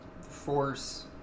force